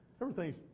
Everything's